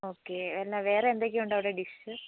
okay എന്ന വേറെ എന്തൊക്കെ ഉണ്ടവിടെ ഡിഷ്